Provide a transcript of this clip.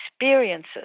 experiences